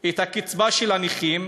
את הקצבה של הנכים,